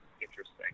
interesting